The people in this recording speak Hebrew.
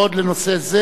לנושא זה,